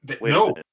No